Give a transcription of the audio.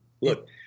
look